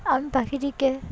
আম পাখিটিকে